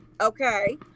Okay